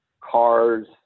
cars